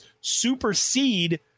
supersede